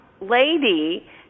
lady